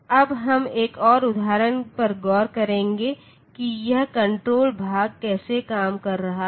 अब हम एक और उदाहरण पर गौर करेंगे कि यह कण्ट्रोल भाग कैसे काम कर रहा है